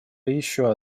еще